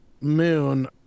moon